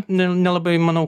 nelabai manau